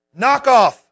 knockoff